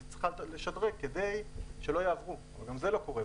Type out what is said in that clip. היא צריכה לשדרג כדי שלא יעברו אבל גם זה לא קורה.